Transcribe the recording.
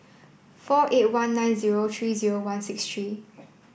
four eight one nine zero tree zero one six tree